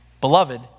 Beloved